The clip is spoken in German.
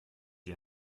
die